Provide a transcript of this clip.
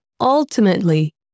ultimately